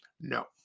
no